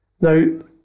Now